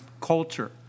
culture